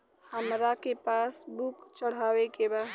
हमरा के पास बुक चढ़ावे के बा?